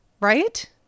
Right